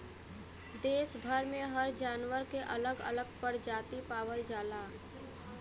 देस भर में हर जानवर के अलग अलग परजाती पावल जाला